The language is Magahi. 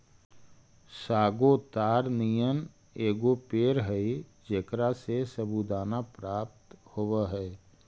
सागो ताड़ नियन एगो पेड़ हई जेकरा से सबूरदाना प्राप्त होब हई